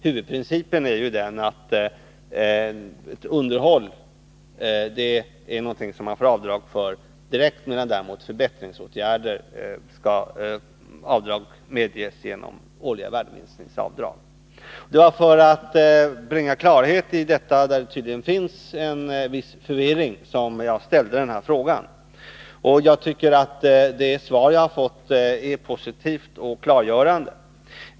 Huvudprincipen är ju den att underhållsåtgärder är någonting som man får avdrag för direkt, medan däremot förbättringsåtgärder skall medge avdrag genom årliga värdeminskningsavdrag. Det var för att bringa klarhet i detta, där det tydligen finns en viss förvirring, som jag ställde frågan. Jag tycker att det svar jag har fått är positivt och klargörande.